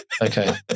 Okay